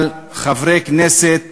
על חברי כנסת